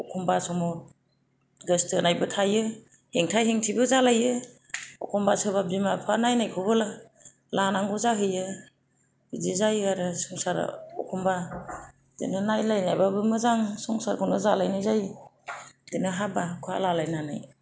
एखम्बा समाव गोसो थोनायबो थायो हेंथा हेंथिबो जालायो एखम्बा सोरबा बिमा बिफा नायनायखौबो लानांगौ जाहैयो बिदि जायो आरो संसारा एखम्बा बिदिनो नायलायाबाबो मोजां संसारखौनो जालायनाय जायो बिदिनो हाबा हुखा लालायनानै